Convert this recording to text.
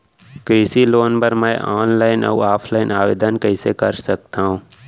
कृषि लोन बर मैं ऑनलाइन अऊ ऑफलाइन आवेदन कइसे कर सकथव?